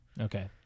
Okay